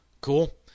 cool